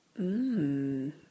Mmm